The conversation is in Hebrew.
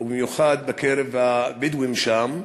ובמיוחד בקרב הבדואים שם.